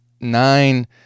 nine